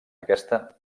aquesta